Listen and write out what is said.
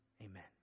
Amen